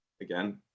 again